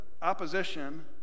opposition